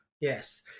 Yes